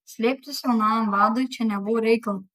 slėptis jaunajam vadui čia nebuvo reikalo